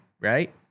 right